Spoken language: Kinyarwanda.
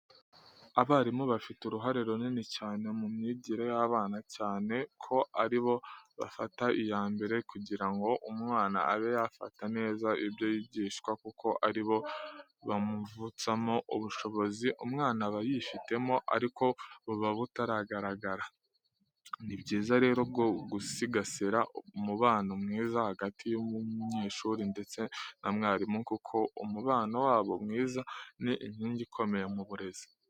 Abarimu bafite uruhare runini cyane mu myigire y'abana cyane ko ari bo bafata iya mbere kugira ngo umwana abe yafata neza ibyo yigishwa kuko ari bo bamuvutsamo ubushobozi umwana aba yifitemo ariko buba butaragaragara. Ni byiza rero gusigasira umubano mwiza hagati y'umunyeshuri ndetse na mwarimu kuko umubano wabo mwiza ni inkingi ikomeye mu burezi.